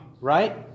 right